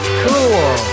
cool